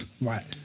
right